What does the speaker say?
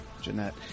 Jeanette